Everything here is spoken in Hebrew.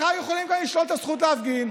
מחר יכולים גם לשלול את הזכות להפגין,